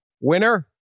Winner